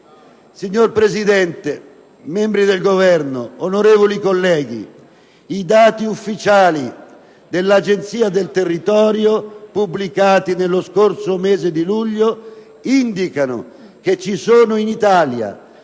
Signora Presidente, membri del Governo, onorevoli colleghi, i dati ufficiali dell'Agenzia del territorio, pubblicati nello scorso mese di luglio, indicano che in Italia